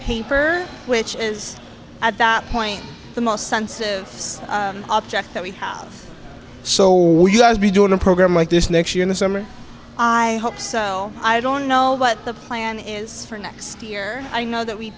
paper which is at that point the most sensitive object that we so will you be doing a program like this next year in the summer i hope so i don't know what the plan is for next year i know that we